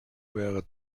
wäre